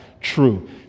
true